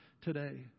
today